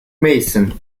mason